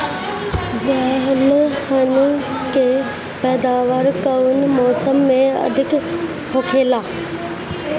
दलहन के पैदावार कउन मौसम में अधिक होखेला?